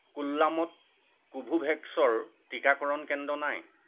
কোল্লামত Covovax ৰ টিকাকৰণ কেন্দ্ৰ নাই